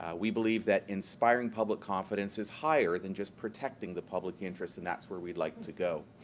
ah we believe that inspiring public confidence is higher than just protecting the public interest, and that's where we'd like to go.